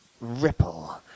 ripple